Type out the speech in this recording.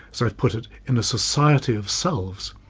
so i've put it, in a society of selves,